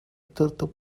turtle